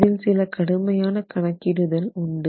இதில் சில கடுமையான கணக்கிடுதல் உண்டு